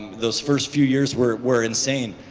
those first few years were were insane.